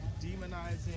demonizing